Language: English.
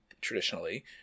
traditionally